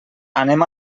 anem